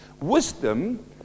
Wisdom